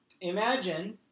imagine